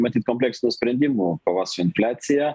matyt kompleksinių sprendimų kovos su infliacija